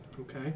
Okay